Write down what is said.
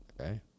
Okay